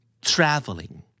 traveling